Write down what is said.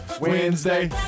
Wednesday